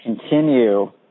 continue